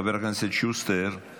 חבר הכנסת שוסטר,